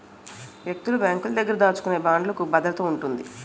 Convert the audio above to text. వ్యక్తులు బ్యాంకుల దగ్గర దాచుకునే బాండ్లుకు భద్రత ఉంటుంది